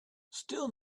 still